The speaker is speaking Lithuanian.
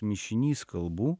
mišinys kalbų